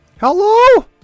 Hello